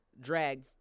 drag